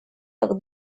так